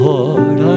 Lord